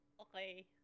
Okay